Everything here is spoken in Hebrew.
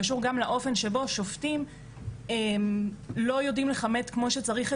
קשור גם לאופן שבו שופטים לא יודעים לכמת כמו שצריך,